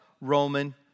Roman